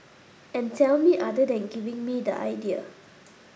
and tell me other than giving me the idea